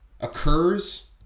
occurs